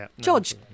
George